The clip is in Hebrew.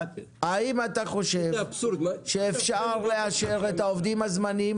האם אתה חושב שאפשר לאשר את העובדים הזמניים